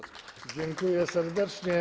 Dziękuję serdecznie.